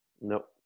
Nope